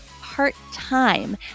part-time